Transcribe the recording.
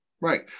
Right